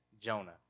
Jonah